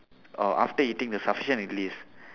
uh after eating the sufficient at least